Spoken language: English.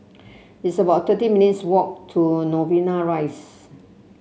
it's about thirty minutes' walk to Novena Rise